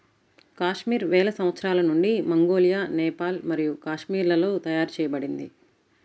కాశ్మీర్ వేల సంవత్సరాల నుండి మంగోలియా, నేపాల్ మరియు కాశ్మీర్లలో తయారు చేయబడింది